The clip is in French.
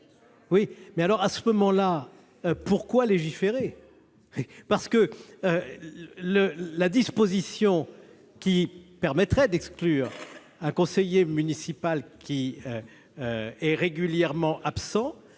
oui, mais alors à ce moment-là, pourquoi légiférer parce que le la disposition qui permettrait d'exclure un conseiller municipal qui est régulièrement absents